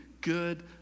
good